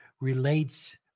relates